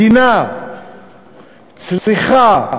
מדינה צריכה